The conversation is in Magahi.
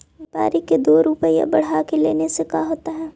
व्यापारिक के दो रूपया बढ़ा के लेने से का होता है?